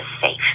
safe